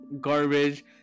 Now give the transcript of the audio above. garbage